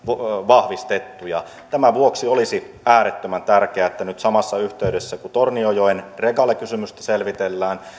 vahvistettu tämän vuoksi olisi äärettömän tärkeää että nyt samassa yhteydessä kun tornionjoen regalekysymystä selvitellään